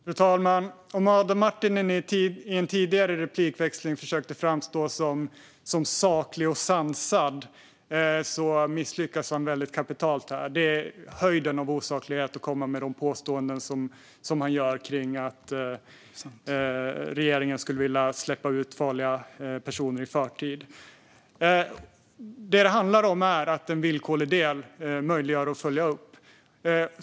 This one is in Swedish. Fru talman! Om Adam Marttinen i en tidigare replikväxling försökte framstå som saklig och sansad misslyckas han kapitalt här. Det är höjden av osaklighet att komma med de påståenden som han gör kring att regeringen skulle vilja släppa ut farliga personer i förtid. Detta handlar om att en villkorlig del möjliggör uppföljning.